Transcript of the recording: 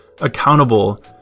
accountable